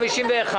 451